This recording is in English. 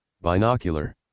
binocular